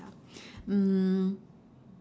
mm